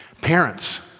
Parents